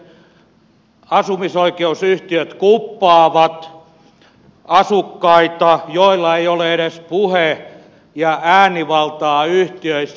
yleishyödylliset asumisoikeusyhtiöt kuppaavat asukkaita joilla ei ole edes puhe ja äänivaltaa yhtiöissä